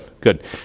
good